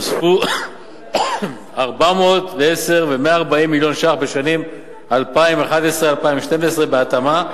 נוספו 410 ו-140 מיליון ש"ח בשנים 2011 ו-2012 בהתאמה,